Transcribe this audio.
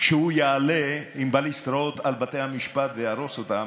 שהוא יעלה עם בליסטראות על בתי המשפט ויהרוס אותם,